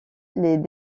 les